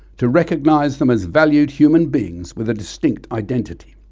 to recognise them as valued human beings with a distinct identity.